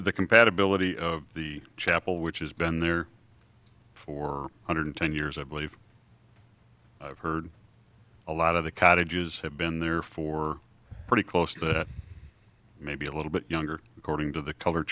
the compatibility of the chapel which has been there four hundred ten years i believe i've heard a lot of the cottages have been there for pretty close to maybe a little bit younger according to the color